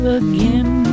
again